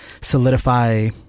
solidify